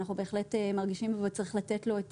אנחנו בהחלט מרגישים שצריך לתת לו את